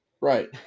Right